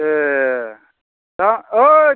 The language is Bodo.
ए दा ओइ